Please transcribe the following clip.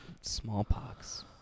Smallpox